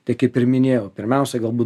tai kaip ir minėjau pirmiausia galbūt